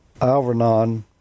alvernon